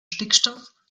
stickstoff